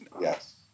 Yes